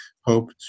hope